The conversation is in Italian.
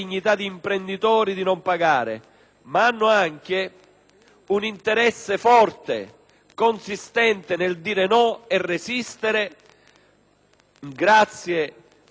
un interesse forte, consistente nel dire no e resistere grazie alle norme adottate nei confronti dell'organizzazione mafiosa.